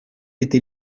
été